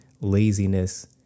laziness